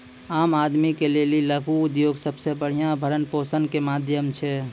आम आदमी के लेली लघु उद्योग सबसे बढ़िया भरण पोषण के माध्यम छै